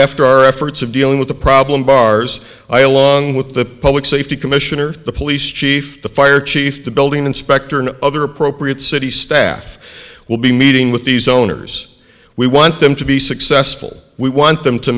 after our efforts of dealing with the problem bars i along with the public safety commissioner the police chief the fire chief the building inspector and other appropriate city staff will be meeting with these owners we want them to be successful we want them to